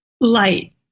light